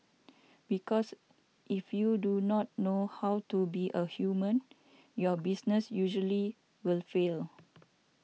because if you do not know how to be a human your business usually will fail